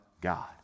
God